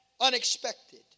unexpected